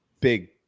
big